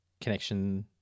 connection